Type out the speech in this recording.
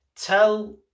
tell